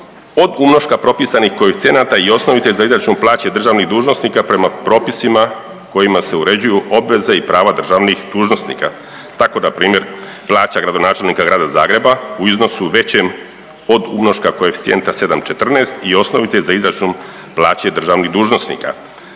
od umnoška propisanih koeficijenata i osnovice za izračun plaće državnih dužnosnika prema propisima kojima se uređuju obveze i prava državnih dužnosnika, tako da primjer plaća gradonačelnika grada Zagreba u iznosu većem od umnoška koeficijenta 7,14 i osnovice za izračun plaće državnih dužnosnika.